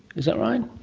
is that right?